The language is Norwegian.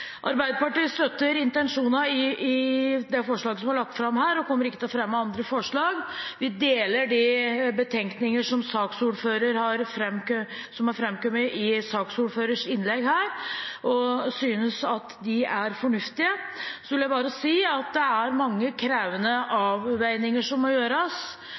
Arbeiderpartiet støtter intensjonene i det forslaget som er lagt fram her, og kommer ikke til å fremme andre forslag. Vi deler de betenkninger som har framkommet i saksordførerens innlegg her, og synes at de er fornuftige. Så vil jeg bare si at det er mange krevende avveininger som må gjøres